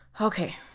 Okay